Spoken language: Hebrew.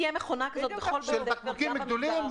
של בקבוקים גדולים?